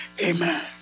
amen